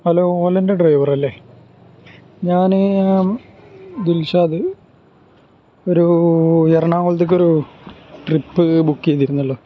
hello ഓലെൻ്റെ ഡ്രൈവറല്ലേ ഞാന് ദിൽഷാദ് ഒരൂ എറണാകുളത്തേക്കൊരു ട്രിപ്പ് ബുക്ക് ചെയ്തിരുന്നല്ലൊ